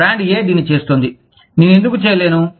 brand ఎ దీన్ని చేస్తోంది నేను ఎందుకు చేయలేను